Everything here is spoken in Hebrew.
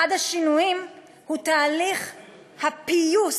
אחד השינויים הוא תהליך ה"פיוס"